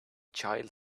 child